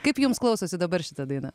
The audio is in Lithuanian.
kaip jums klausosi dabar šita daina